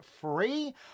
free